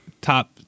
top